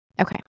Okay